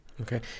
Okay